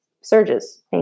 surges